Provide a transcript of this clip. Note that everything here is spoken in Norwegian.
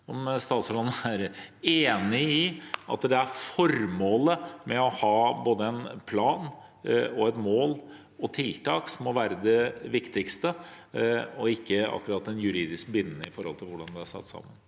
Er statsråden enig i at det er formålet med å ha både en plan og et mål og tiltak som må være det viktigste, og ikke akkurat om det er juridisk bindende, med tanke på hvordan det er satt sammen?